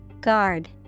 Guard